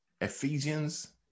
Ephesians